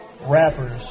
rappers